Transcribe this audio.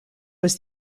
was